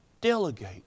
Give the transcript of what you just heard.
Delegate